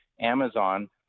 Amazon